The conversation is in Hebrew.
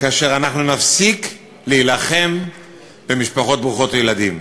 כאשר אנחנו נפסיק להילחם במשפחות ברוכות ילדים.